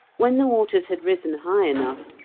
when the waters had risen high enough,